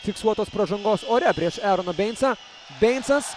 fiksuotos pražangos ore prieš eroną beincą beincas